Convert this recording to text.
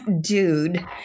dude